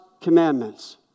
commandments